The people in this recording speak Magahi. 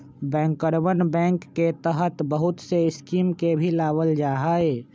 बैंकरवन बैंक के तहत बहुत से स्कीम के भी लावल जाहई